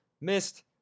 missed